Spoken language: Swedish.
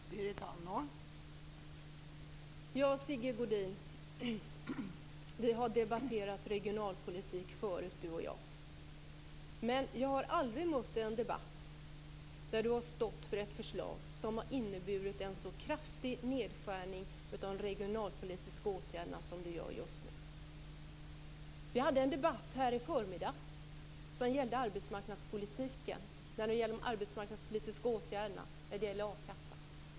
Fru talman! Sigge Godin och jag har debatterat regionalpolitik förut, men jag har aldrig mött honom i en debatt där han har stått för ett förslag som har inneburit en så kraftig nedskärning av de regionalpolitiska åtgärderna som detta gör. Vi hade en debatt här i förmiddags som gällde de arbetsmarknadspolitiska åtgärderna och a-kassan.